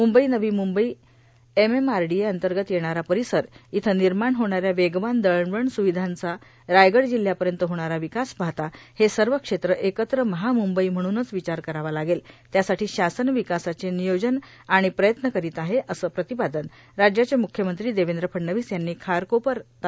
Mumbai Navi Mumbai MMRDA अंतगत येणारा र्पारसर येथे र्भनमाण होणाऱ्या वेगवान दळणवळण स्र्ववधांचा रायगड जिल्ह्यापयत होणारा र्यावकास पाहता हे सव क्षेत्र एकत्र महामुंबई म्हणूनच र्यावचार करावा लागेल त्यासाठी शासन विकासाचे नियोजन व प्रयत्न करोंत आहे असे प्रांतपादन राज्याचे मुख्यमंत्री देवद्र फडणवीस यांनी खारकोपर ता